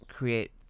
Create